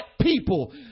people